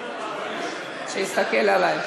שיסתכל עלי,